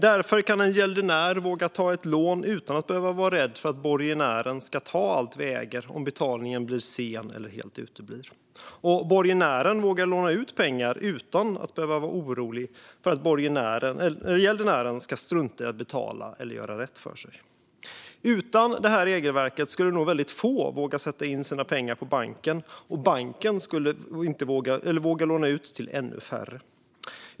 Det gör att en gäldenär kan våga ta ett lån utan att vara rädd för att borgenären ska ta allt man äger om betalningen blir sen eller helt uteblir. Och borgenären vågar låna ut pengar utan att behöva vara orolig för att gäldenären ska strunta i att betala eller göra rätt för sig. Utan det här regelverket skulle nog få våga sätta in sina pengar på banken. Och banken skulle våga låna ut till ännu färre.